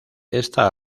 esta